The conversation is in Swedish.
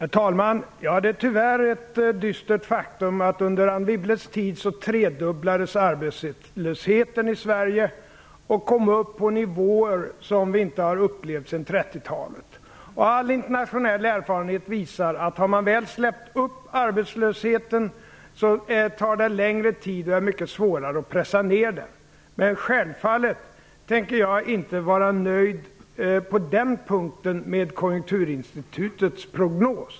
Herr talman! Det är tyvärr ett dystert faktum att under Anne Wibbles tid tredubblades arbetslösheten i Sverige och kom upp på nivåer som vi inte har upplevt sedan 30-talet. All internationell erfarenhet visar att om man väl har släppt upp arbetslösheten, tar det längre tid och är mycket svårare att pressa ner den. Självfallet tänker jag inte vara nöjd på den punkten med Konjunkturinstitutets prognos.